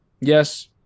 yes